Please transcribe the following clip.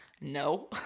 no